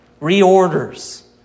reorders